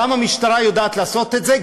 גם המשטרה יודעת לעשות את זה.